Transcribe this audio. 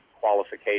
qualification